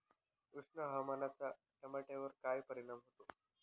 उष्ण हवामानाचा टोमॅटोवर काय परिणाम होतो?